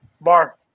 Bar